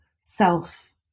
self